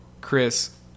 chris